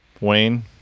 Wayne